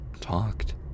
talked